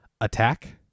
attack